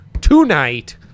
tonight